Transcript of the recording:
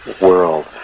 world